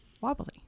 wobbly